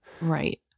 Right